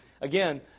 again